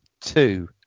two